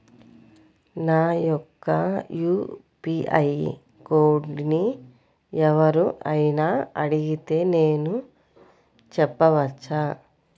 నా యొక్క యూ.పీ.ఐ కోడ్ని ఎవరు అయినా అడిగితే నేను చెప్పవచ్చా?